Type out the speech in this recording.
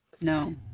No